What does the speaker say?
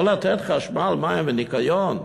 לא לתת חשמל, מים וניקיון?